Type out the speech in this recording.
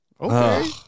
Okay